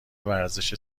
ورزش